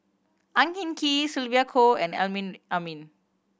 Ang Hin Kee Sylvia Kho and Amrin Amin